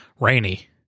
rainy